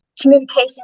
communication